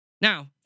Now